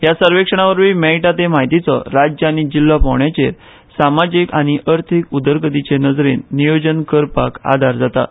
ह्या सर्वेक्षणावरवी मेळटा ते म्हायतीचो राज्य आनी जिल्लो पावंड्याचेर समाजीक आनी अर्थीक उदरगतीचे नजरेन नियोजन करपाक आदार जाता